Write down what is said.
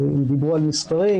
אם דיברו על מספרים,